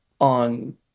on